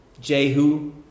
Jehu